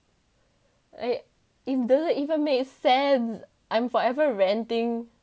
like it doesn't even make sense I'm forever ranting